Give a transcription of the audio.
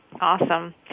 Awesome